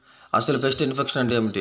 అసలు pest infection అంటే ఏమిటి?